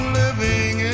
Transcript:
living